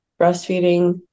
breastfeeding